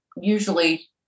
usually